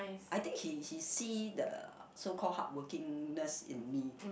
I think he he see the so call hardworking nurse in me